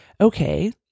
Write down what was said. okay